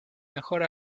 mejor